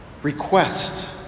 request